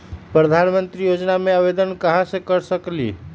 प्रधानमंत्री योजना में आवेदन कहा से कर सकेली?